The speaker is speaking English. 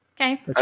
Okay